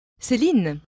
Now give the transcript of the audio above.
Céline